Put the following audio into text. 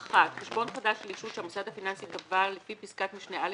חשבון חדש של ישות שהמוסד הפיננסי קבע לפי פסקת משנה (א)